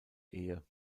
ehe